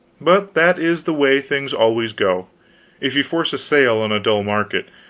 but that is the way things always go if you force a sale on a dull market,